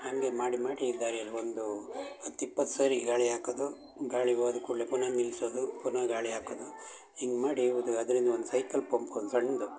ಹಾಗೆ ಮಾಡಿ ಮಾಡಿ ದಾರಿಯಲ್ಲಿ ಒಂದು ಹತ್ತು ಇಪ್ಪತ್ತು ಸರಿ ಗಾಳಿ ಹಾಕೋದು ಗಾಳಿ ಹೋದ ಕೂಡಲೇ ಪುನಃ ನಿಲ್ಲಿಸೋದು ಪುನಃ ಗಾಳಿ ಹಾಕೋದು ಹೀಗ್ ಮಾಡಿ ಅದು ಆದ್ದರಿಂದ ಒಂದು ಸೈಕಲ್ ಪಂಪ್ ಒಂದು ಸಣ್ಣದು